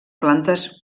plantes